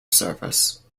service